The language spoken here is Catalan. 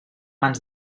mans